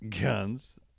Guns